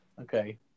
Okay